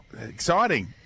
Exciting